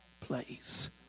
place